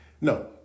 No